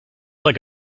like